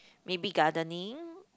maybe gardening